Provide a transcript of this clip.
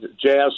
jazz